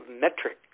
metrics